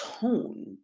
tone